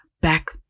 back